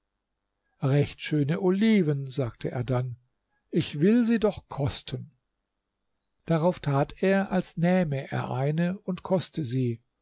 recht schöne oliven sagte er dann ich will sie doch kosten darauf tat er als nähme er eine und koste sie